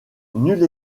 nulle